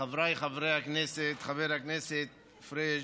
חבריי חברי הכנסת, חבר הכנסת פריג'